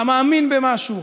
אתה מאמין במשהו,